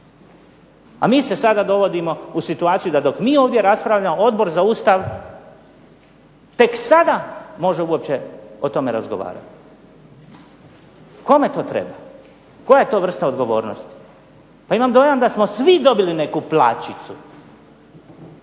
a mi se sada dovodimo u situaciju da dok mi ovdje raspravljamo, Odbor za Ustav tek sada može uopće o tome razgovarati. Kome to treba? Koja je to vrsta odgovornosti? Pa imam dojam da smo svi dobili neku plaćicu,